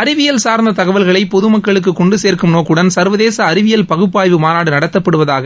அறிவியல் சார்ந்த தகவல்களை பொதுமக்களுக்கு கொண்டு சேர்க்கும் நோக்குடன் சர்வதேச அறிவியல் பகுப்பாய்வு மாநாடு நடத்தப்படுவதாக